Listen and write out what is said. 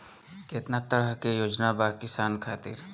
केतना तरह के योजना बा किसान खातिर?